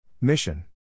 Mission